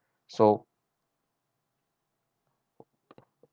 so